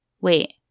Wait